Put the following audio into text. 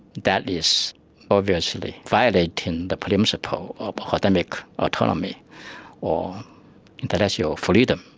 that is obviously violating the principle of academic autonomy or international freedom.